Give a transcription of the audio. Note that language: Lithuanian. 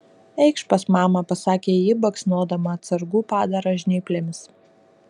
eikš pas mamą pasakė ji baksnodama atsargų padarą žnyplėmis